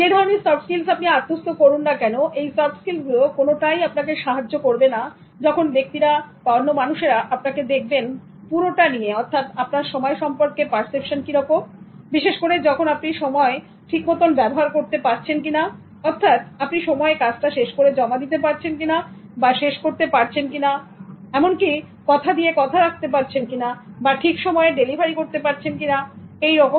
যে ধরনের soft skills আপনি আত্মস্থ করুন না কেন এই সফট স্কিল গুলো কোনটাই আপনাকে সাহায্য করবে না যখন ব্যক্তিরা আপনাকে দেখবেন পুরোটা নিয়ে অর্থাৎ আপনার সময় সম্পর্কে পারসেপশন কিরকম বিশেষ করে যখন আপনি সময় ঠিক মতন ব্যবহার করতে পারছেন না কিনা অর্থাৎ আপনি সময়ে কাজটা শেষ করে জমা দিতে পারছেন কি না বা শেষ করতে পারছেন কি না কথা দিয়ে কথা রাখতে পারছেন কি না ঠিক সময়ে ডেলিভারি করতে পারছেন কি না এরকম